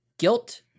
Guilt